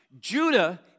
Judah